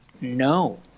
no